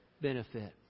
benefit